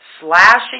slashing